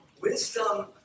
Wisdom